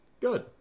Good